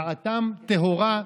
דעתם טהורה.